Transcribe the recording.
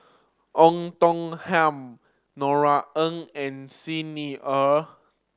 Oei Tiong Ham Norothy Ng and Xi Ni Er